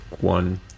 One